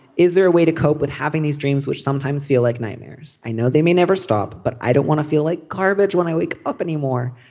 is there a way to cope with having these dreams which sometimes feel like nightmares? i know they may never stop, but i don't want to feel like garbage when i wake up anymore.